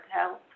Health